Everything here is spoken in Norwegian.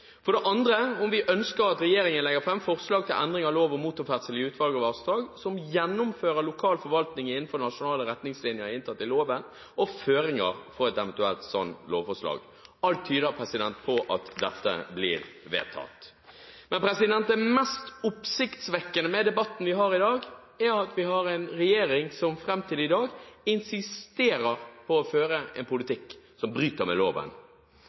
ned. Det andre er om vi ønsker at regjeringen legger fram forslag til endring av lov om motorferdsel i utmark og vassdrag som gjennomfører lokal forvaltning innenfor nasjonale retningslinjer, inntatt i loven, og føringer for et eventuelt slikt lovforslag. Alt tyder på at dette blir vedtatt. Det mest oppsiktsvekkende med debatten vi har i dag, er at vi har en regjering som fram til i dag har insistert på å føre en politikk som bryter med loven.